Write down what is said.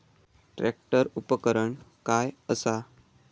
Tractor उपकरण काय असा?